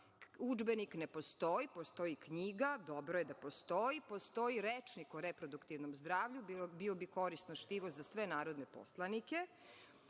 ne postoji, postoji knjiga. Dobro je da postoji. Postoji rečnik o reproduktivnom zdravlju, bio bi korisno štivo za sve narodne poslanike,